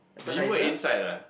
did you wait inside ah